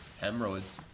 hemorrhoids